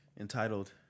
Entitled